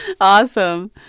Awesome